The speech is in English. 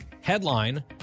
Headline